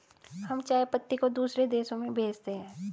हम चाय पत्ती को दूसरे देशों में भेजते हैं